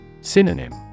Synonym